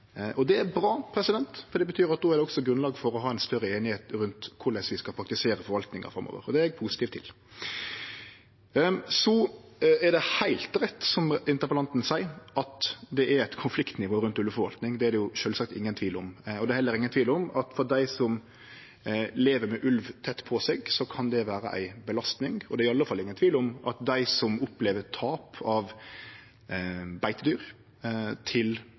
Det er bra, for det betyr at då er det også grunnlag for å ha ei større einigheit rundt korleis vi skal praktisere forvaltinga framover, og det er eg positiv til. Så er det heilt rett, som interpellanten seier, at det er eit konfliktnivå rundt ulveforvaltinga. Det er det sjølvsagt ingen tvil om. Det er heller ingen tvil om at for dei som lever med ulv tett på seg, kan det vere ei belastning, og det er i alle fall ingen tvil om at for dei som opplever tap av beitedyr til